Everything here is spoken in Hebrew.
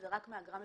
זה רק מאגרה מבצעית,